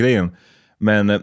Men